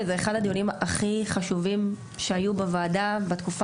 שזה אחד הדיונים הכי חשובים שהיו בוועדה בתקופה